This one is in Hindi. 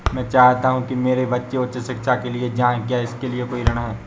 मैं चाहता हूँ कि मेरे बच्चे उच्च शिक्षा के लिए जाएं क्या इसके लिए कोई ऋण है?